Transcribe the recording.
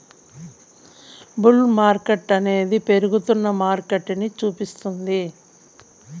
bull మార్కెట్టనేది పెరుగుతున్న మార్కెటని సూపిస్తుంది